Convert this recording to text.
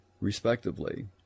respectively